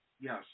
Yes